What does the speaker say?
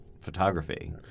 photography